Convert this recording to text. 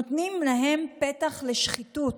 נותנים להם פתח לשחיתות.